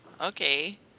Okay